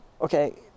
okay